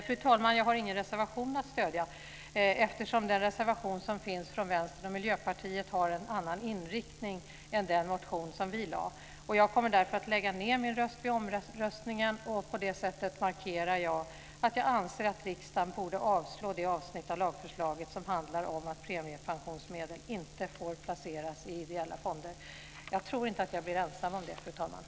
Fru talman! Jag har ingen reservation att stödja eftersom den reservation som finns från Vänstern och Miljöpartiet har en annan inriktning än den motion som vi lade. Jag kommer därför att lägga ned min röst vid omröstningen. På det sättet markerar jag att jag anser att riksdagen borde avslå det avsnitt av lagförslaget som handlar om att premiepensionsmedel inte får placeras i ideella fonder. Jag tror inte att jag blir ensam om det, fru talman.